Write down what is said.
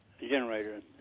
generator